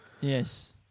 yes